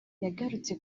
yagarutse